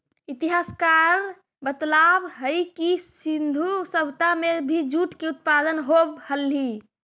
इतिहासकार बतलावऽ हई कि सिन्धु सभ्यता में भी जूट के उत्पादन होवऽ हलई